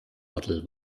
model